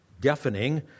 deafening